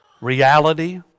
reality